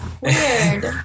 Weird